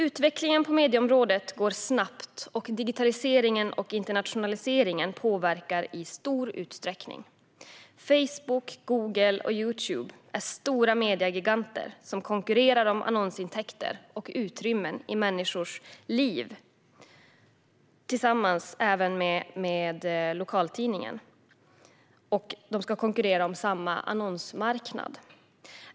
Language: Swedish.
Utvecklingen på medieområdet går snabbt, och digitaliseringen och internationaliseringen påverkar i stor utsträckning. Facebook, Google och Youtube är stora mediegiganter som konkurrerar med lokaltidningen om annonsintäkter och utrymme i människors liv.